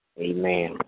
Amen